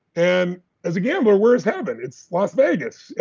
and as a gambler, where is heaven? it's las vegas,